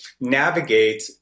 navigate